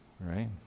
Right